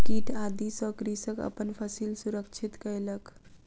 कीट आदि सॅ कृषक अपन फसिल सुरक्षित कयलक